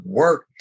work